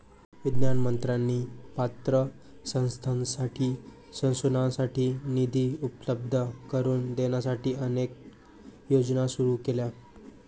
विज्ञान मंत्र्यांनी पात्र शास्त्रज्ञांसाठी संशोधनासाठी निधी उपलब्ध करून देण्यासाठी अनेक योजना सुरू केल्या